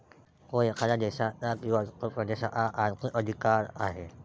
तो एखाद्या देशाचा किंवा इतर प्रदेशाचा आर्थिक अधिकार आहे